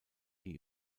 die